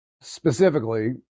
specifically